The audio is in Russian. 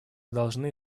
должны